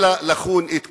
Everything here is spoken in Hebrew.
אלא לחון את כולם.